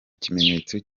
kimenyetso